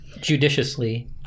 judiciously